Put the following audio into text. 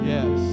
Yes